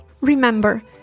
Remember